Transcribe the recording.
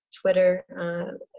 Twitter